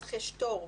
בנוסח יש תור.